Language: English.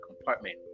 compartment